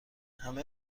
همه